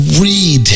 read